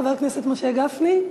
חבר הכנסת משה גפני,